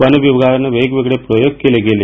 वनविभागानं वेगवेगळे प्रयोग केले गेले